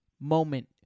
moment